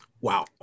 Wow